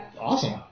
Awesome